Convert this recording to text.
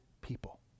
people